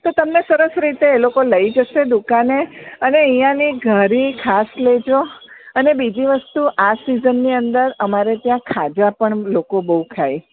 તો તમને સરસ રીતે એ લોકો લઈ જશે દુકાને અને અહીની ઘારી ખાસ લેજો અને બીજી વસ્તુ આ સિઝનની અંદર અમારે ત્યાં ખાજા પણ લોકો બહુ ખાય